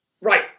Right